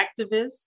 activists